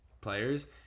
players